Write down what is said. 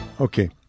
Okay